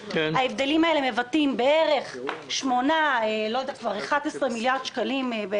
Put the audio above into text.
ההבדלים האלה מבטאים בערך 11 מיליארד שקלים.